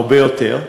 הרבה יותר.